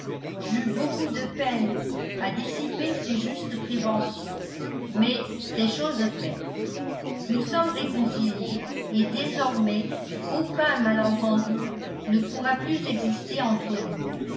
j'eus beaucoup de peine à dissiper ses justes préventions mais c'est chose faite nous sommes réconciliés et désormais aucun malentendu ne pourra plus exister entre nous